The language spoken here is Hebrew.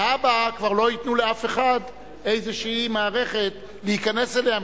להבא כבר לא ייתנו לאף אחד איזו מערכת להיכנס אליה,